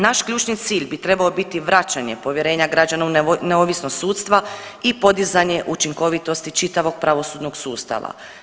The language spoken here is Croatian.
Naš ključni cilj bi trebao biti vraćanje povjerenja građana u neovisnost sudstva i podizanje učinkovitosti čitavog pravosudnog sustava.